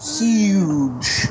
huge